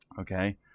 Okay